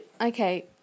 Okay